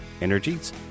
Energies